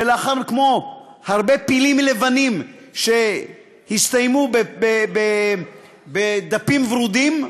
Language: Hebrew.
כמו הרבה פילים לבנים שהסתיימו בדפים ורודים,